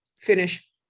Finish